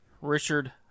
Richard